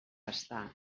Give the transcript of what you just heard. està